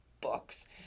books